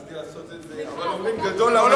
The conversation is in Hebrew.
רציתי לעשות את זה, אבל אומרים: גדול, סליחה, לא,